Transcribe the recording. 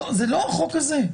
זה לא החוק הזה.